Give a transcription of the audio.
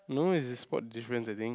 no is a spot the difference I think